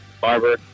barber